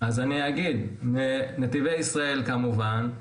אז אני אגיד, נתיבי ישראל כמובן.